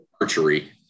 Archery